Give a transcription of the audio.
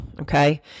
Okay